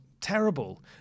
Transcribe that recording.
terrible